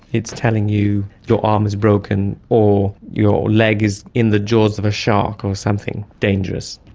it's telling you your arm is broken or your leg is in the jaws of a shark or something dangerous.